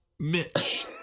Mitch